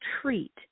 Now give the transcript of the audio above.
treat